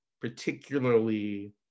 particularly